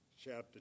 chapter